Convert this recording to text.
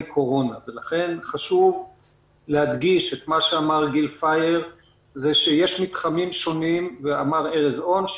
קורונה ולכן חשוב להדגיש את מה שאמר גיל פייר ואמר ארז און,